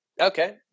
Okay